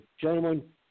Gentlemen